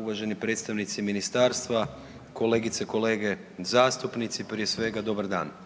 uvaženi predstavnici ministarstva, kolegice i kolege zastupnici, prije svega, dobar dan.